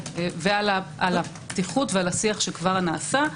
על הפתיחות ועל השיח שכבר נעשה.